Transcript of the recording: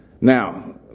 Now